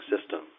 System